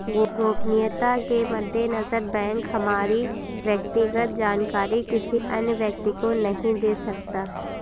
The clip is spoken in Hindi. गोपनीयता के मद्देनजर बैंक हमारी व्यक्तिगत जानकारी किसी अन्य व्यक्ति को नहीं दे सकता